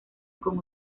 con